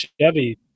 Chevy